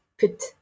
put